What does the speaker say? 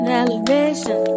elevation